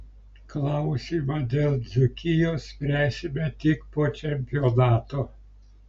klausimą dėl dzūkijos spręsime tik po čempionato